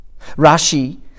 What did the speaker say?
Rashi